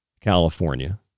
California